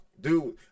dude